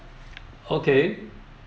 okay